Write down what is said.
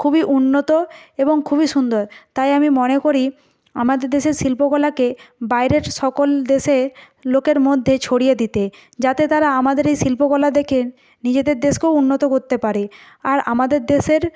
খুবই উন্নত এবং খুবই সুন্দর তাই আমি মনে করি আমাদের দেশের শিল্পকলাকে বাইরের সকল দেশে লোকের মধ্যে ছড়িয়ে দিতে যাতে তারা আমাদের এই শিল্পকলা দেখে নিজেদের দেশকেও উন্নত করতে পারে আর আমাদের দেশের